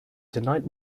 tonight